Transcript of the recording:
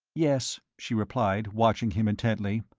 yes, she replied, watching him intently,